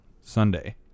Sunday